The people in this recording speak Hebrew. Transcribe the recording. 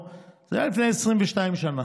לפני 22 שנה,